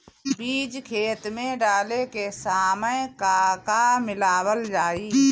बीज खेत मे डाले के सामय का का मिलावल जाई?